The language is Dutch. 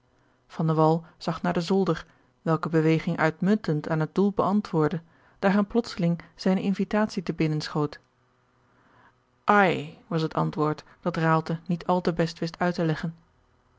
zag naar den zolder welke beweging uitmuntend aan het doel beantwoordde daar hem plotseling zijne invitatie te binnen schoot ai was het antwoord dat raalte niet al te best wist uit te leggen